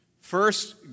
First